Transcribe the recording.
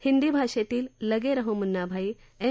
हिंदी भाषेतील लगे रहो मुन्नाभाई एम